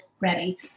ready